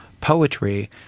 poetry